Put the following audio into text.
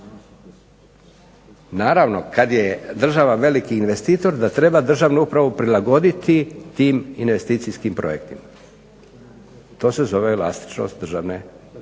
Naravno kad je država veliki investitor, da treba državnu upravu prilagoditi tim investicijskim projektima. To se zove elastičnost državne,